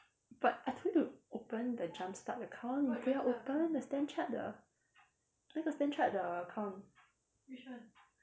but I told you to open the jump start account 你不要 open the standard chartered the 那个 standard chartered the account